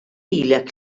ilek